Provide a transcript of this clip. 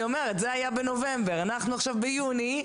אני אומרת שזה היה בנובמבר, ועכשיו אנחנו ביוני.